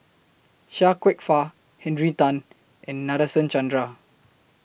Chia Kwek Fah Henry Tan and Nadasen Chandra